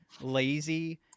lazy